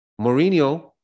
Mourinho